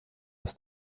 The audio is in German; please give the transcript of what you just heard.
ist